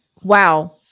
Wow